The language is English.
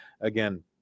Again